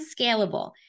scalable